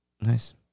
Nice